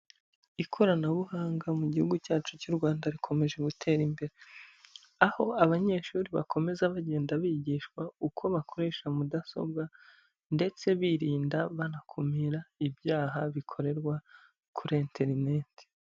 Ikoranabuhanga mu gihugu cyacu cy'u Rwanda rikomeje gutera imbere, aho abanyeshuri bakomeza bagenda bigishwa uko bakoresha mudasobwa ndetse birinda banakumira ibyaha bikorerwa kuri interineti.